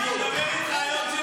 איך זה עוזר כשאין חיילים?